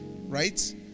right